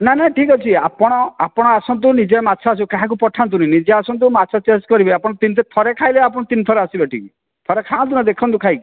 ନା ନା ଠିକ୍ ଅଛି ଆପଣ ଆପଣ ଆସନ୍ତୁ ନିଜେ ମାଛ କାହାକୁ ପଠାନ୍ତୁନି ନିଜେ ଆସନ୍ତୁ ମାଛ ଚଏସ କରିବେ ଆପଣ ଥରେ ଖାଇଲେ ତିନି ଥର ଆସିବେ ଏଠିକି ଥରେ ଖାଆନ୍ତୁ ନା ଦେଖନ୍ତୁ ଖାଇକି